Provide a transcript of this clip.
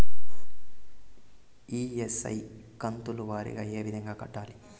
EMI కంతుల వారీగా ఏ విధంగా కట్టాలి